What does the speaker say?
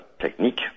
technique